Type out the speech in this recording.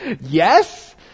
yes